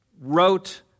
wrote